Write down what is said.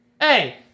Hey